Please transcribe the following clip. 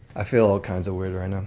i feel all kinds of weird right now.